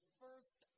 first